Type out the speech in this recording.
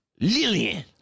Lillian